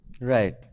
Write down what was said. right